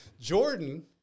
Jordan